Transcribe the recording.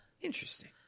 Interesting